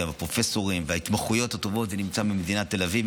והפרופסורים וההתמחויות הטובות נמצאים במדינת תל אביב.